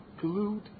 glued